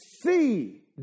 see